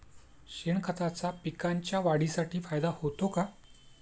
शेणखताचा पिकांच्या वाढीसाठी फायदा होतो का?